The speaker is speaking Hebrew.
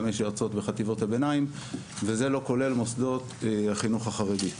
יועצות בחטיבות הביניים וזה לא כולל מוסדות החינוך החרדי.